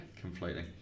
Completely